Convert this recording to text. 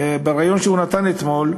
בריאיון שהוא נתן אתמול,